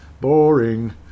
Boring